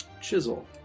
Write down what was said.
Chisel